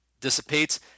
dissipates